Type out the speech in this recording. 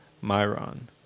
Myron